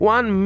One